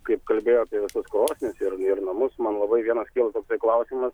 kaip kalbėjo apie visas krosnis ir ir namus man labai vienas kyla toks klausimas